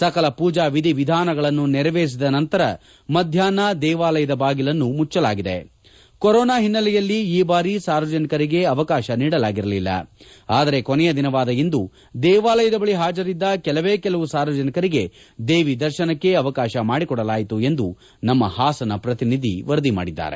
ಸಕಲ ಕೂಜಾ ವಿಧಿ ವಿಧಾನಗಳನ್ನು ನೆರೆವೇರಿಸಿದ ನಂತರ ಮಧ್ಯಾಹ್ನ ದೇವಾಲಯದ ಬಾಗಿಲನ್ನು ಮುಚ್ಛಲಾಗಿದೆ ಕೊರೋನಾ ಹಿನ್ನೆಲೆಯಲ್ಲಿ ಈ ಬಾರಿ ಸಾರ್ವಜನಿಕರಿಗೆ ಅವಕಾಶ ನೀಡಲಾಗಿರಲಿಲ ಆದರೆ ಕೊನೆಯ ದಿನವಾದ ಇಂದು ದೇವಾಲಯದ ಬಳಿ ಹಾಜರಿದ್ದ ಕೆಲವೇ ಕೆಲವು ಸಾರ್ವಜನಿಕರಿಗೆ ದೇವಿ ದರ್ಶನಕ್ಕೆ ಅವಕಾಶ ಮಾಡಿಕೊಡಲಾಯಿತು ಎಂದು ನಮ್ಮ ಹಾಸನ ಪ್ರತಿನಿಧಿ ವರದಿ ಮಾಡಿದ್ದಾರೆ